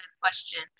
question